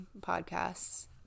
podcasts